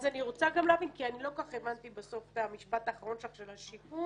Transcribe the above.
אז אני רוצה להבין כי לא כל כך הבנתי את המשפט האחרון שלך על השיקום.